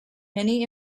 many